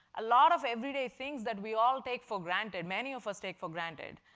a lot of everyday things that we all take for granted, many of us take for granted.